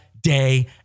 day